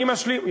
למה לא 61?